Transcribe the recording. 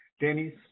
Dennis